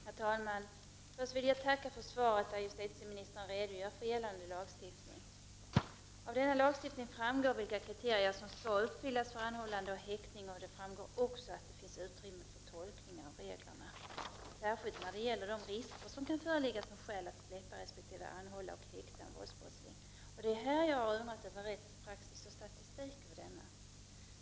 Herr talman! Först vill jag tacka för svaret där justitieministern redogör för gällande lagstiftning. Av denna framgår vilka kriterier som skall uppfyllas för anhållande och häktning. Det framgår också att det finns uttrymme för tolkningar av reglerna särskilt när det gäller de risker som kan föreligga som skäl att släppa resp. anhålla och häkta en våldsbrottsling. Det är på dessa punkter jag undrat över rättspraxis och statistik.